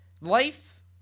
Life